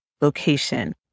location